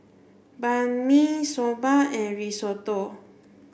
Banh Mi Soba and Risotto